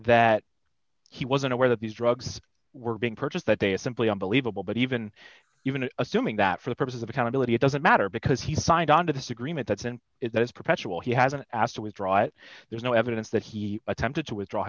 that he wasn't aware that these drugs were being purchased that they are simply unbelievable but even even assuming that for the purposes of accountability it doesn't matter because he signed on to this agreement that's an it is perpetual he hasn't asked to withdraw it there's no evidence that he attempted to withdraw